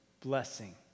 blessing